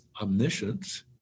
omniscience